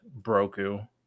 Broku